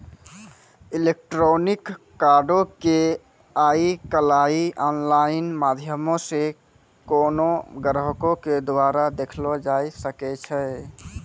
electronic कार्डो के आइ काल्हि आनलाइन माध्यमो से कोनो ग्राहको के द्वारा देखलो जाय सकै छै